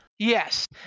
Yes